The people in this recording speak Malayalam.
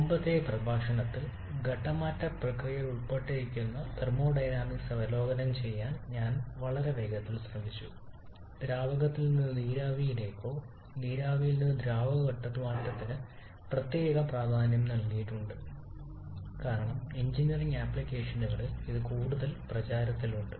മുമ്പത്തെ പ്രഭാഷണത്തിൽ ഘട്ടം മാറ്റ പ്രക്രിയയിൽ ഉൾപ്പെട്ടിരിക്കുന്ന തെർമോഡൈനാമിക്സ് അവലോകനം ചെയ്യാൻ ഞാൻ വളരെ വേഗത്തിൽ ശ്രമിച്ചു ദ്രാവകത്തിൽ നിന്ന് നീരാവിയിലേക്കോ നീരാവിയിലേക്കോ ദ്രാവക ഘട്ട മാറ്റത്തിന് പ്രത്യേക പ്രാധാന്യം നൽകിയിട്ടുണ്ട് കാരണം എഞ്ചിനീയറിംഗ് ആപ്ലിക്കേഷനുകളിൽ ഇത് കൂടുതൽ പ്രചാരത്തിലുണ്ട്